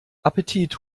appetit